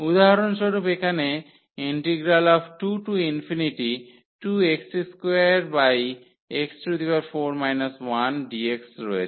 উদাহরণস্বরুপ এখানে 22x2x4 1dx রয়েছে